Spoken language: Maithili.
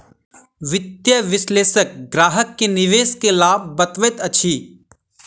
वित्तीय विशेलषक ग्राहक के निवेश के लाभ बतबैत अछि